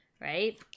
right